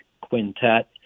quintet